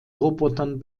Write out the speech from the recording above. robotern